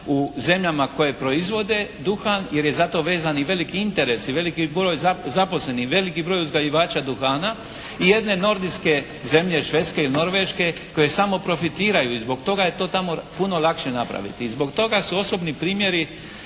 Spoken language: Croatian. u zemljama koje proizvode duha, jer je zato vezan i veliki interes i veliki broj zaposlenih i veliki broj uzgajivača duhana i jedne nordijske zemlje Švedske i Norveške koje samo profitiraju i zbog toga je to tamo puno lakše napraviti i zbog toga su osobni primjeri